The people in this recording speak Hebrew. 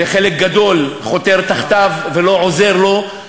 וחלק גדול חותר תחתיו ולא עוזר לו,